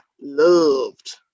loved